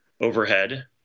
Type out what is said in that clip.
Overhead